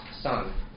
son